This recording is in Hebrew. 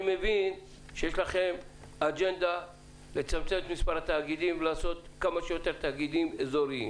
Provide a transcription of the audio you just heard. אני מבין שיש לכם אג'נדה לעשות יותר תאגידים אזוריים